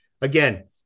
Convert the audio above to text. Again